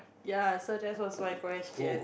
ya so that's was my question